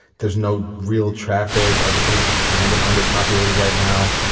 there's no real traffic. everything's kind of under-populated right now.